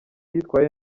yitwaye